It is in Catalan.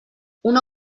una